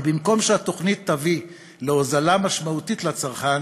אבל במקום שהתוכנית תביא להוזלה משמעותית לצרכן,